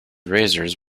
razors